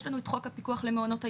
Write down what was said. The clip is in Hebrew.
יש לנו את חוק הפיקוח למעונות היום.